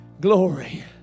Glory